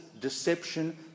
deception